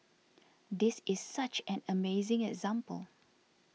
this is such an amazing example